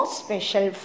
special